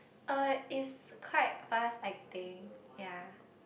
uh it's quite fast I think ya